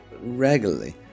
regularly